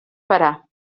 parar